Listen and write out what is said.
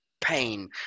pain